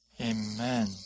Amen